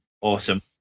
Awesome